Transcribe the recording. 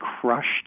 crushed